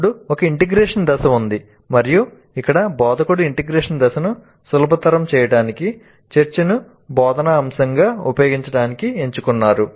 అప్పుడు ఒక ఇంటెగ్రేషన్ దశ ఉంది మరియు ఇక్కడ బోధకుడు ఇంటెగ్రేషన్ దశను సులభతరం చేయడానికి చర్చను బోధనా అంశంగా ఉపయోగించడానికి ఎంచుకున్నారు